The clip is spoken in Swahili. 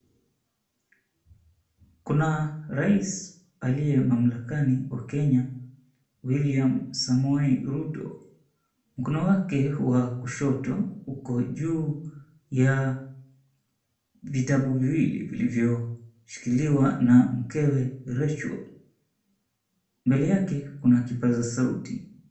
Kuna rais aliye mamlakani wa Kenya, William Samoei Ruto, mkono wake wa kushoto uko juu ya vitabu viwili vilivyoshikiliwa na mkewe Rachael, mbele yake kuna kipaza sauti.